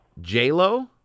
J-Lo